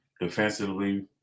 defensively